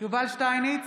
יובל שטייניץ,